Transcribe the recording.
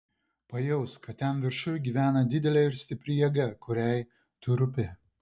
pajausk kad ten viršuj gyvena didelė ir stipri jėga kuriai tu rūpi